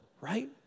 right